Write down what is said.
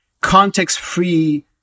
context-free